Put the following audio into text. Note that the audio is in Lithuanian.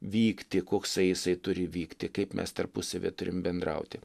vykti koksai jisai turi vykti kaip mes tarpusavyje turim bendrauti